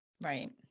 Right